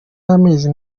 y’amezi